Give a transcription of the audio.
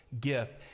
gift